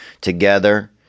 together